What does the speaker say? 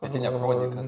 pietinia kronikas